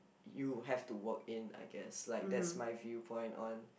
you have to work in I guess like that's my viewpoint on